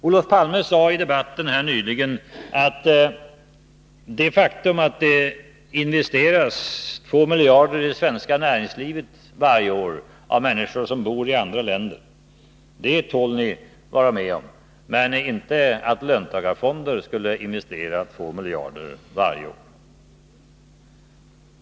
Olof Palme sade i debatten nyss: Det faktum att det investeras 2 miljarder i svenska näringslivet varje år av människor som bor i andra länder, det tål ni, men inte att löntagarfonder skulle investera 2 miljarder varje år!